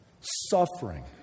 suffering